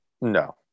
no